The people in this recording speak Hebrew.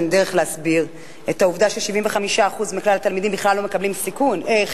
אין דרך להסביר את העובדה ש-75% מכלל התלמידים בכלל לא מקבלים חיסון,